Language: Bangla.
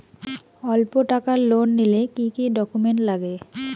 অল্প টাকার লোন নিলে কি কি ডকুমেন্ট লাগে?